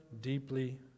deeply